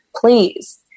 please